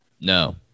No